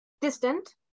Distant